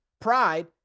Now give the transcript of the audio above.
pride